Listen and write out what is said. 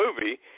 movie